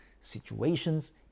situations